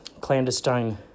clandestine